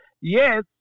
Yes